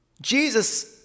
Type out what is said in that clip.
Jesus